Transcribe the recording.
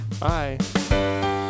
Bye